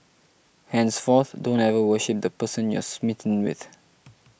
henceforth don't ever worship the person you're smitten with